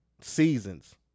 seasons